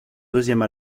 deuxième